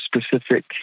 specific